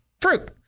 fruit